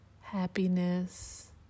happiness